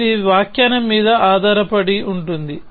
ఇది వ్యాఖ్యానం మీద ఆధారపడి ఉంటుంది